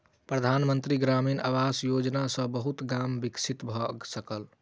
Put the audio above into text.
प्रधान मंत्री ग्रामीण आवास योजना सॅ बहुत गाम विकसित भअ सकल